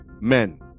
men